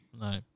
No